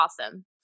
awesome